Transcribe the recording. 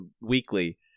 weekly